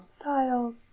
Styles